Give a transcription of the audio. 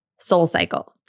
SoulCycle